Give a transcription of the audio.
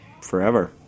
forever